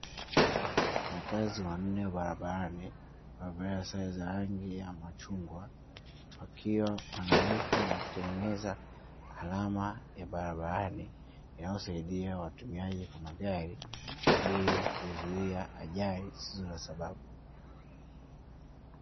Wafanyakazi wanne wa barabarani wamevaa sare za rangi ya machungwa, wakiwa wanaweka na kutengeneza alama ya barabarani, inayosaidia watumiaji wa magari ili kuzuia ajali zisizo na sababu.